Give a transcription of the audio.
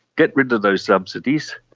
get rid of those subsidies.